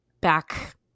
back